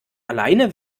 alleine